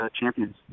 champions